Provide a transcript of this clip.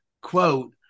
quote